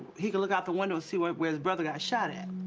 he could look out the window and see where where his brother got shot at.